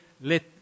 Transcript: let